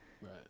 right